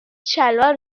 شلوار